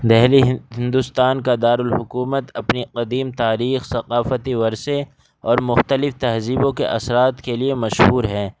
دہلی ہندوستان کا دار الحکومت اپنے قدیم تاریخ ثقافتی ورثے اور مختلف تہذیبوں کے اثرات کے لیے مشہور ہے